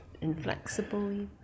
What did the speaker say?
inflexible